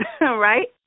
right